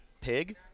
Pig